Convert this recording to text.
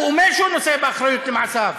הוא אומר שהוא נושא באחריות למעשיו.